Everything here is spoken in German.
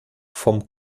vom